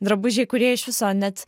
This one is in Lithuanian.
drabužiai kurie iš viso net